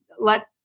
let